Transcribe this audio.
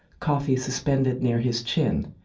coffee suspended near his chin,